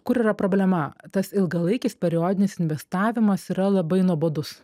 kur yra problema tas ilgalaikis periodinis investavimas yra labai nuobodus